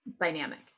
dynamic